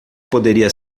poderia